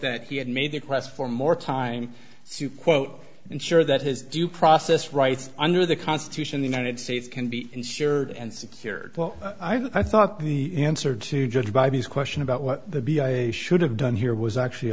that he had made the quest for more time to quote ensure that his due process rights under the constitution the united states can be ensured and secured well i thought the answer to judge by these question about what the b i should have done here was actually